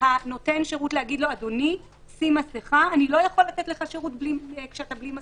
נותן השירות צריך לומר לו: אני לא יכול לתת לך שירות כשאתה בלי מסיכה,